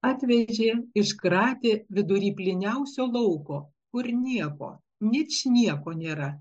atvežė iškratė vidury plyniausio lauko kur nieko ničnieko nėra